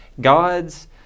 God's